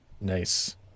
Nice